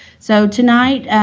so, tonight,